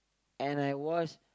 and I was